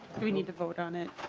do we need to vote on it?